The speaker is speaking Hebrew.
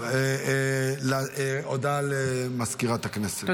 הודעה למזכירת הכנסת.